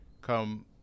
come